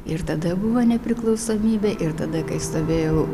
ir tada buvo nepriklausomybė ir tada kai stovėjau